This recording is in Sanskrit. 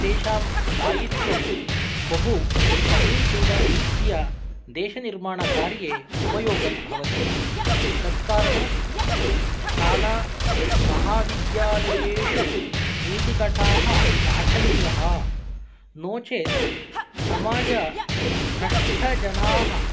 तेषां दायित्वं बहुसमीचीनरीत्या देशनिर्माणकार्ये उपयोगः भवति तत्कारणात् शाला महाविद्यालयेषु नीतिकथाः पाठनीयाः नो चेत् समाजभ्रष्टजनाः